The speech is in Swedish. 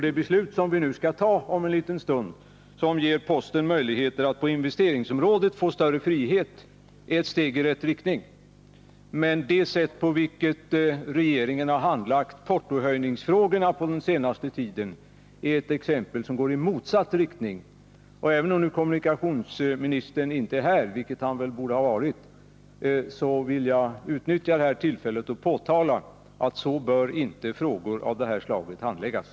Det beslut som vi skall fatta om en liten stund och som gäller postens möjligheter att på investeringsområdet få större frihet är ett steg i rätt riktning. Men det sätt på vilket regeringen har handlagt portohöjningsfrågorna den senaste tiden är exempel på handläggning som går i motsatt riktning. Även om kommunikationsministern nu inte är här i kammaren, vilket han väl borde ha varit, vill jag utnyttja detta tillfälle att påpeka att så bör frågor av det här slaget inte handläggas.